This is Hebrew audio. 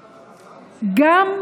כך,